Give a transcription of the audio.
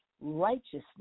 righteousness